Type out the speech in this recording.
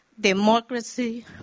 democracy